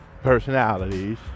personalities